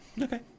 Okay